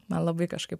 man labai kažkaip